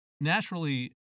naturally